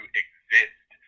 exist